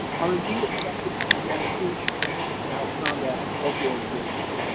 are indeed effective medications to help combat opioid addiction.